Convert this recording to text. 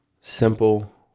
simple